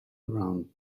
around